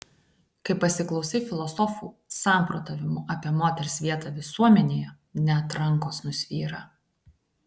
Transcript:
kai pasiklausai filosofų samprotavimų apie moters vietą visuomenėje net rankos nusvyra